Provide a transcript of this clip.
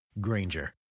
Granger